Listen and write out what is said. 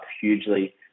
hugely